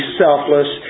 selfless